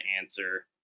answer